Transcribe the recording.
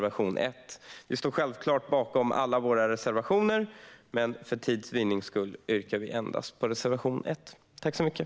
Vi står självklart bakom båda våra reservationer, men för tids vinnande yrkar jag bifall endast till reservation 1.